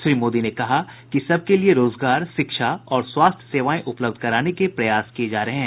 श्री मोदी ने कहा कि सबके लिए रोजगार शिक्षा और स्वास्थ्य सेवाएं उपलब्ध कराने के प्रयास किये जा रहे हैं